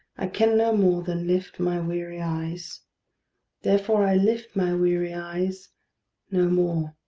i can no more than lift my weary eyes therefore i lift my weary eyes no more.